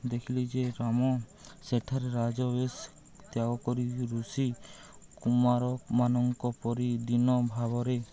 ଦେଖିଲି ଯେ ରାମ ସେଠାରେ ରାଜ ବେଶ ତ୍ୟାଗ କରି ଋଷି କୁମାରମାନଙ୍କ ପରି ଦିନ ଭାବରେ